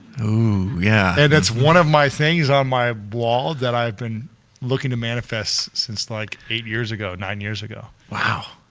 yeah and it's one of my things on my wall that i've been looking to manifest since like eight years ago, nine years ago. wow!